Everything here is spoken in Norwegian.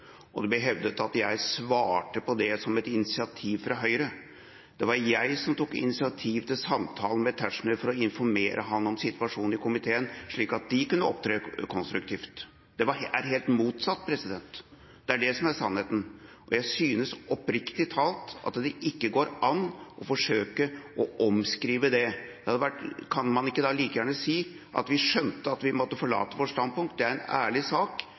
at det ble hevdet at jeg svarte på det som et initiativ fra Høyre. Det var jeg som tok initiativ til samtalen med Tetzschner for å informere ham om situasjonen i komiteen, slik at de kunne opptre konstruktivt. Det er helt motsatt. Det er det som er sannheten, og jeg synes oppriktig talt at det ikke går an å forsøke å omskrive det. Kan man ikke da like gjerne si at vi skjønte at vi måtte forlate vårt standpunkt? Det er en ærlig sak